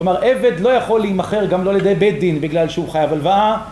כלומר עבד לא יכול להימכר, גם לא לידי בית דין, בגלל שהוא חייב הלוואה